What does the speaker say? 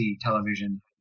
television